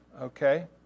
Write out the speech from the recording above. Okay